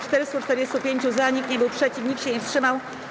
445 - za, nikt nie był przeciw, nikt się nie wstrzymał.